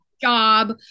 job